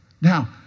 now